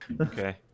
Okay